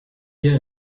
wir